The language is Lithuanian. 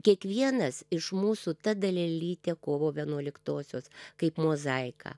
kiekvienas iš mūsų ta dalelytė kovo vienuoliktosios kaip mozaika